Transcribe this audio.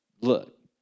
look